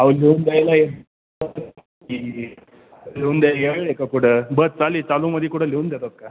अहो लिहून द्यायला लिहून का कुठं बस चालली चालूमध्ये कुठं लिहून देतात का